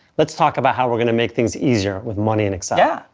let's talk about how we're going to make things easier with money in excel. yeah